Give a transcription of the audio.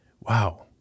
wow